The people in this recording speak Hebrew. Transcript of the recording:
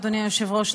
אדוני היושב-ראש,